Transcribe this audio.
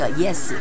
yes